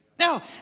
Now